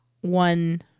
one